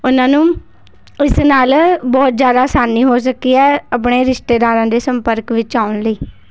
ਉਹਨਾਂ ਨੂੰ ਇਸ ਨਾਲ ਬਹੁਤ ਜ਼ਿਆਦਾ ਆਸਾਨੀ ਹੋ ਸਕੀ ਹੈ ਆਪਣੇ ਰਿਸ਼ਤੇਦਾਰਾਂ ਦੇ ਸੰਪਰਕ ਵਿੱਚ ਆਉਣ ਲਈ